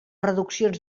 reduccions